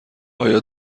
آیا